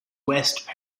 west